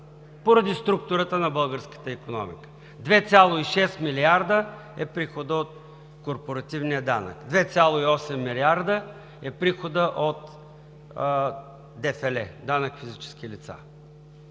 Поради структурата на българската икономика – 2,6 милиарда е приходът от корпоративния данък, 2,8 милиарда е приходът от ДФЛ – Данък за физическите лица.